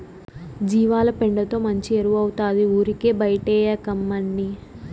జీవాల పెండతో మంచి ఎరువౌతాది ఊరికే బైటేయకమ్మన్నీ